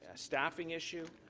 ah staffing issue,